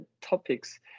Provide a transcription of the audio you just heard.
topics